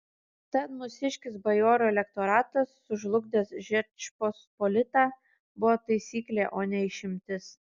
tad mūsiškis bajorų elektoratas sužlugdęs žečpospolitą buvo taisyklė o ne išimtis